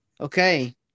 Okay